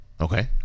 Okay